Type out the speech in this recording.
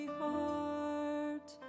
heart